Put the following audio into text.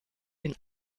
den